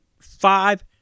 five